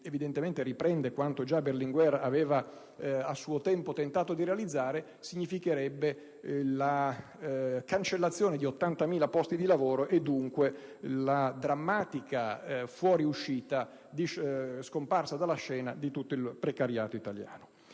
evidentemente riprende quanto già Berlinguer aveva a suo tempo tentato di realizzare, significherebbe la cancellazione di 80.000 posti di lavoro, e dunque la drammatica scomparsa dalla scena di tutto il precariato italiano.